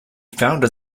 founded